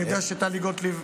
אני יודע שטלי גוטליב,